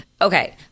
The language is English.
okay